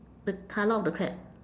the colour of the crab